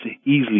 easily